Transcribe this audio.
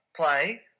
play